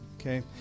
okay